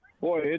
boy